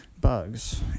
bugs